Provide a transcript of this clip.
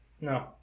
No